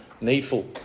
needful